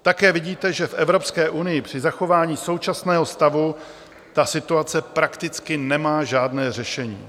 Také vidíte, že v Evropské unii při zachování současného stavu ta situace prakticky nemá žádné řešení.